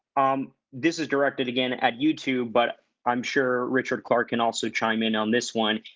um this is directed again at you tube. but i'm sure richard clark can also chime in on this one.